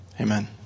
Amen